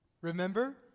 Remember